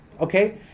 okay